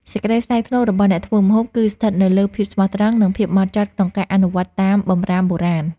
សេចក្តីថ្លៃថ្នូររបស់អ្នកធ្វើម្ហូប គឺស្ថិតនៅលើភាពស្មោះត្រង់ និងភាពម៉ត់ចត់ក្នុងការអនុវត្តតាមបម្រាមបុរាណ។